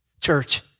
Church